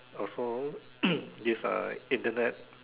also this uh Internet